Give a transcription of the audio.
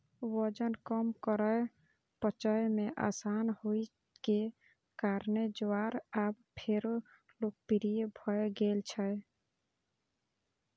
वजन कम करै, पचय मे आसान होइ के कारणें ज्वार आब फेरो लोकप्रिय भए गेल छै